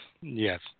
Yes